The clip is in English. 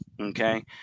okay